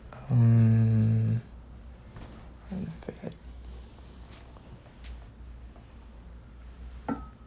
mm hmm bad